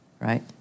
right